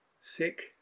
sick